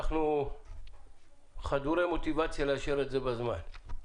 אנחנו חדורי מוטיבציה לאשר את זה בזמן.